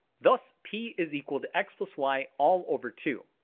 thus, p is equal to x plus y, all over two.